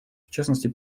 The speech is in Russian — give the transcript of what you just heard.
частности